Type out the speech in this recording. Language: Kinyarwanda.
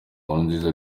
nkurunziza